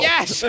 Yes